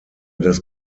das